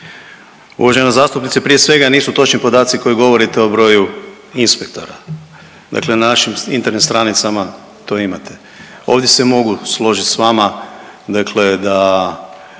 Uvažena zastupnice, prije svega, nisu točni podaci koji govorite o broju inspektora. Dakle na našim internim stranicama to imate. Ovdje se mogu složit s vama, dakle da